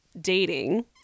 dating